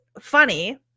funny